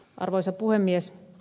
arvoisa puhemies